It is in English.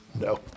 no